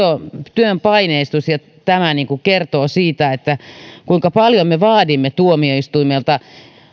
työn paineistus ja nämä kertovat siitä kuinka paljon me vaadimme tuomioistuimelta